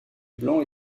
blanc